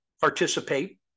participate